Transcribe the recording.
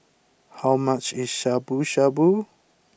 how much is Shabu Shabu